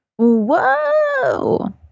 whoa